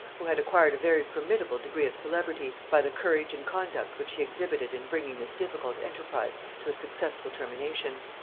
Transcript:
who had acquired a very formidable degree of celebrity by the courage and conduct which he exhibited in bringing this difficult enterprise to a successful termination.